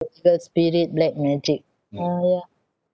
evil spirit black magic ah yeah